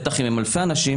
בטח אם הם אלפי אנשים,